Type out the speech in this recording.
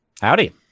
Howdy